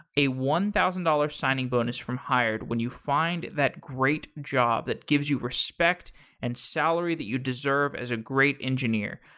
a one thousand dollars signing bonus from hired when you find that great job that gives you respect and salary that you deserve as a great engineer.